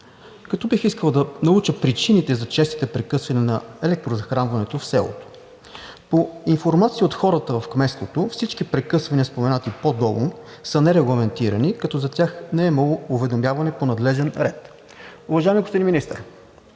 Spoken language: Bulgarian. като бих искал да науча причините за честите прекъсвания на електрозахранването в селото. По информация от хората в кметството всички прекъсвания, споменати по-долу, са нерегламентирани, като за тях не е имало уведомяване по надлежен ред. Уважаеми господин Министър,